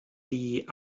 die